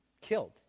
killed